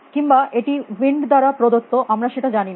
কিম্বা এটি উইন্ড দ্বারা প্রদত্ত আমরা সেটা জানি না